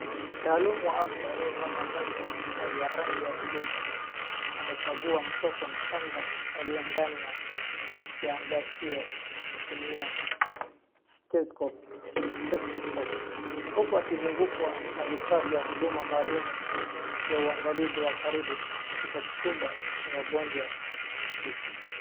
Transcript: Mtaalamu wa afya aliyevaa mavazi ya hospitali ya rangi ya blue amekagua mtoto mchanga aliye ndani ya kiangashio akitumia stethoscope . stethoscope huku akizungukwa na vifaa vya huduma maalum vya uangalizi wa karibu katika chumba cha wagonjwa mahututi.